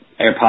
AirPods